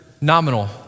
nominal